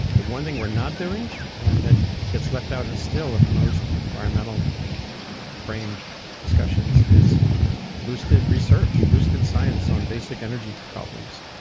the one thing we're not doing and that gets left out of still of most environmental-framed discussions is boosted research, boosted science on basic energy problems.